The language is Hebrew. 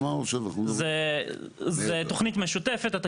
זאת תוכנית משותפת עם משרד הכלכלה,